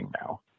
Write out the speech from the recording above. now